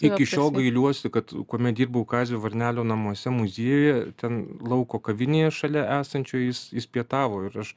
iki šiol gailiuosi kad kuomet dirbau kazio varnelio namuose muziejuje ten lauko kavinėje šalia esančioj jis jis pietavo ir aš